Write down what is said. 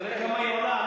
אתה יודע כמה היא עולה?